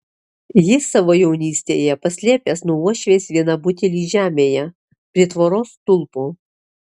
jis savo jaunystėje paslėpęs nuo uošvės vieną butelį žemėje prie tvoros stulpo